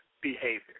behavior